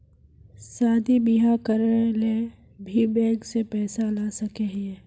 शादी बियाह करे ले भी बैंक से पैसा ला सके हिये?